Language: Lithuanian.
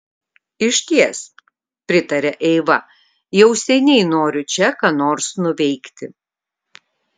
išties pritarė eiva jau seniai noriu čia ką nors nuveikti